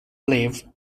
leave